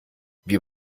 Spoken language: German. wir